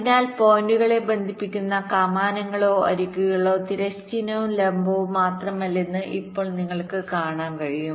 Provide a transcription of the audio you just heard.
അതിനാൽ പോയിന്റുകളെ ബന്ധിപ്പിക്കുന്ന കമാനങ്ങളോ അരികുകളോ തിരശ്ചീനമായും ലംബമായും മാത്രമല്ലെന്ന് ഇപ്പോൾ നിങ്ങൾക്ക് കാണാൻ കഴിയും